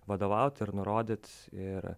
vadovaut ir nurodyt ir